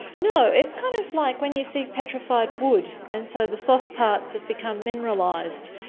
no, it's kind of like when you see petrified wood and so the soft parts have become mineralised,